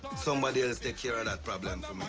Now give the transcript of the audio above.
somebody else take care of that problem and um ah